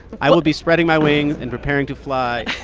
i will be spreading my wings and preparing to fly.